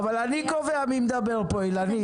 אבל אני קובע מי מדבר פה, אילנית.